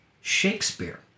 Shakespeare